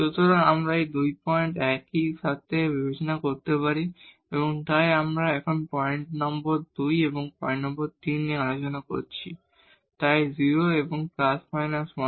সুতরাং আমরা এই দুটি পয়েন্ট একসাথে বিবেচনা করতে পারি তাই আমরা এখন পয়েন্ট নম্বর 2 এবং পয়েন্ট নম্বর 3 নিয়ে আলোচনা করছি তাই 0 এবং ± 12